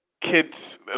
Kids